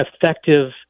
effective